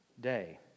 day